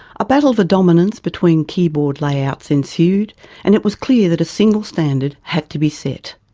a battle for dominance between keyboard layouts ensued and it was clear that a single standard had to be set.